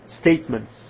statements